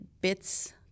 bits